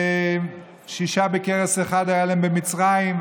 שישה בכרס אחת היה להם במצרים,